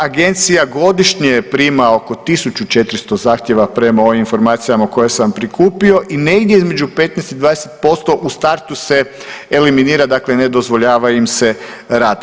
Agencija godišnje prima oko 1400 zahtjeva prema ovim informacijama koje sam prikupio i negdje između 15 i 20% u startu se eliminira, dakle ne dozvoljava im se rad.